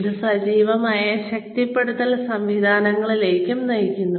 ഇത് സജീവമായ ശക്തിപ്പെടുത്തൽ സംവിധാനങ്ങളിലേക്കും നയിക്കുന്നു